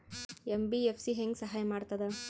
MBFC ಹೆಂಗ್ ಸಹಾಯ ಮಾಡ್ತದ?